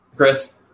Chris